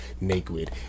naked